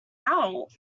about